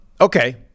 Okay